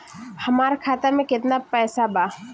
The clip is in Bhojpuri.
हमार खाता मे केतना पैसा बा?